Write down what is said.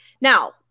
Now